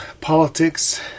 politics